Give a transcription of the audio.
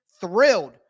thrilled